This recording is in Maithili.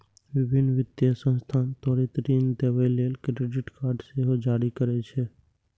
विभिन्न वित्तीय संस्थान त्वरित ऋण देबय लेल क्रेडिट कार्ड सेहो जारी करै छै